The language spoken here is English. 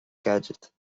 gadget